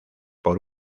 por